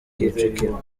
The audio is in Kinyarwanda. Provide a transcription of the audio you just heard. kicukiro